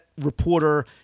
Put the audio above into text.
reporter